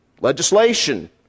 legislation